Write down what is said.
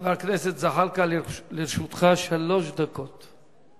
חבר הכנסת זחאלקה, לרשותך שלוש דקות.